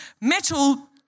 metal